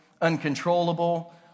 uncontrollable